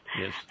Yes